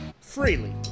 freely